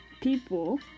people